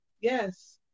Yes